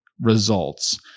results